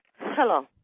Hello